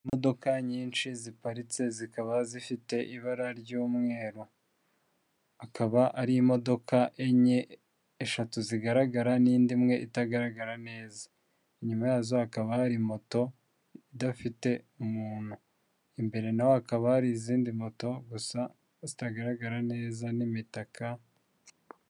Imodoka nyinshi ziparitse zikaba zifite ibara ry'umweru, akaba ari imodoka enye eshatu zigaragara n'indi imwe itagaragara neza. Inyuma yazo hakaba hari moto idafite umuntu imbere na hakaba hari izindi moto gusa zitagaragara neza n'imitaka.